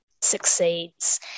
succeeds